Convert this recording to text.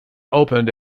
opened